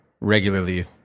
regularly